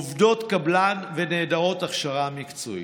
עובדות קבלן ונעדרות הכשרה מקצועית.